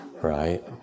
right